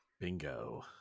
Bingo